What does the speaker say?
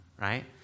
right